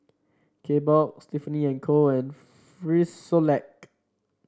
Kbox Tiffany And Co and Frisolac